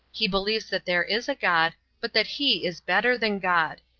he believes that there is a god, but that he is better than god.